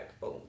Boom